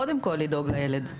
קודם כל לדאוג לילד.